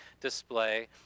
display